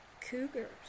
cougars